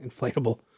inflatable